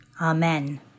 Amen